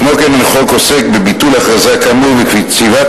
כמו כן החוק עוסק בביטול הכרזה כאמור ובקציבת